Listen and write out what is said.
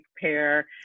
pair